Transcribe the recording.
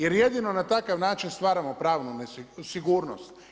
Jer jedino na takav način stvaramo pravnu sigurnost.